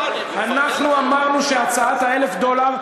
אנחנו אמרנו שהצעת ה-1,000 דולר,